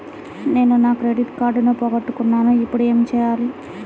నేను నా క్రెడిట్ కార్డును పోగొట్టుకున్నాను ఇపుడు ఏం చేయాలి?